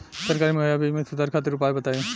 सरकारी मुहैया बीज में सुधार खातिर उपाय बताई?